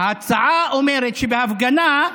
ההצעה אומרת שבהפגנה,